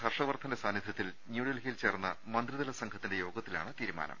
ഹർഷവർദ്ധന്റെ സാന്നിധൃത്തിൽ ന്യൂഡൽഹിയിൽ ചേർന്ന മന്ത്രിതല സംഘത്തിന്റെ യോഗത്തിലാണ് തീരുമാനം